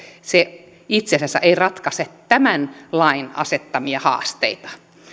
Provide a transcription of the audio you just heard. se itse asiassa ei ratkaise tämän lain asettamia haasteita